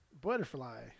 Butterfly